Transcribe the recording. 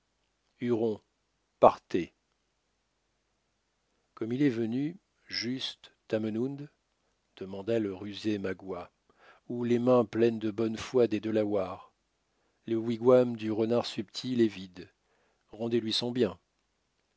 partez comme il est venu juste tamenund demanda le rusé magua ou les mains pleines de la bonne foi des delawares le wigwam du renard subtil est vide rendez-lui son bien